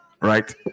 Right